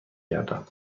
گردم